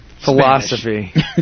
Philosophy